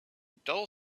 dull